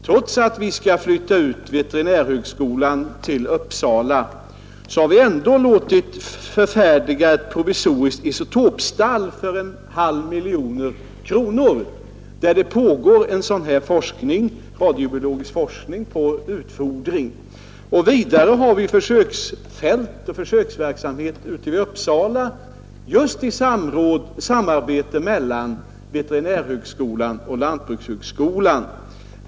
Trots att vi skall flytta ut veterinärhögskolan till Uppsala har vi vid högskolan låtit färdigställa ett provisoriskt isotopstall för en halv miljon kronor där det pågår radiobiologisk forskning av utfodring. Vidare bedrivs det en försöksverksamhet i Uppsala just i samarbete mellan veterinärhögskolan och lantbrukshögskolan.